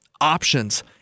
options